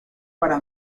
para